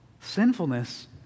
sinfulness